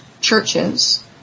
churches